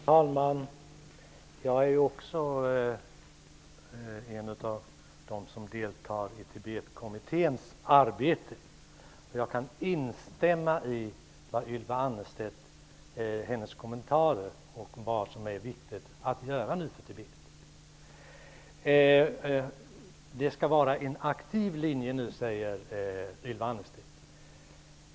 Herr talman! Jag är också en av dem som deltar i Tibetkommitténs arbete, och jag kan instämma i Ylva Annerstedts kommentarer om vad som nu är viktigt att göra för Tibet. Det skall vara en aktiv linje nu, säger Ylva Annerstedt.